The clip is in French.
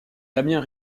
damien